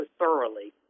thoroughly